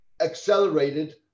accelerated